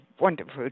wonderful